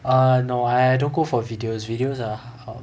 err no I don't go for videos videos are out